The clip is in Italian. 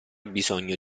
bisogno